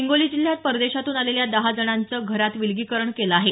हिंगोली जिल्ह्यात परदेशातून आलेल्या दहा जणाचं घरात विलगीकरण केलं आहे